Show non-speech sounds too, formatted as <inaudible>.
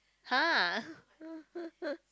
!huh! <laughs>